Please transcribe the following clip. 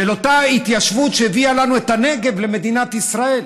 של אותה התיישבות שהביאה לנו את הנגב למדינת ישראל.